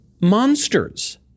monsters